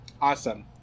Awesome